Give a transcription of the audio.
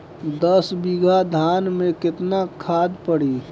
दस बिघा धान मे केतना खाद परी?